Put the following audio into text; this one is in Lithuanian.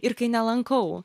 ir kai nelankau